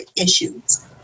issues